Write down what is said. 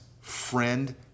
friend